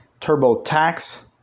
TurboTax